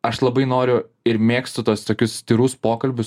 aš labai noriu ir mėgstu tuos tokius tyrus pokalbius